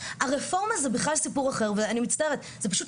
יחידת הפיצוח שמשמידה בעלי חיים ביד אחת, לא יכולה